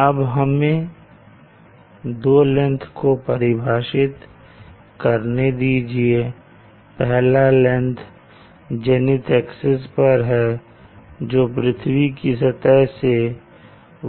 अब हमें दो लेंथ को परिभाषित करने दीजिए पहला लेंथ जेनिथ एक्सिस पर है जो पृथ्वी की सतह से